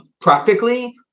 Practically